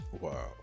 Wow